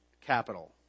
capital